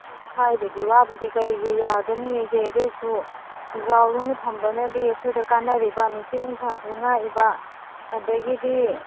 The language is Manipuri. ꯈꯥꯏꯕꯒꯤ ꯋꯥꯕꯨꯗꯤ ꯀꯔꯤꯒꯤ ꯌꯥꯗꯅꯤꯒꯦ ꯑꯗꯨ ꯑꯣꯏꯁꯨ ꯎꯖꯥꯎꯗꯨꯃ ꯊꯝꯕꯗꯨꯅꯗꯤ ꯑꯩꯉꯣꯟꯗ ꯀꯥꯟꯅꯔꯤꯕ ꯅꯨꯡꯁꯤꯠ ꯅꯨꯡꯁꯥꯁꯨ ꯉꯥꯛꯏꯕ ꯑꯗꯩꯒꯤꯗꯤ